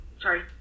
sorry